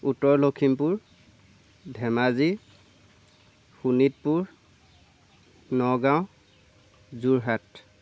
Uttar Lakhimpur Dhemaji Sonitpur Nagaon Jorhat